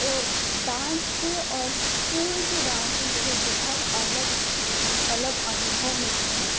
तो डान्स पर और स्कूल के डान्स पर मुझे बहुत अलग एक्सपीरिएन्स मिले हैं अलग अनुभव मिले हैं